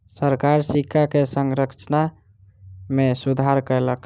सरकार सिक्का के संरचना में सुधार कयलक